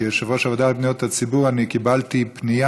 כיושב-ראש הוועדה לפניות הציבור קיבלתי פנייה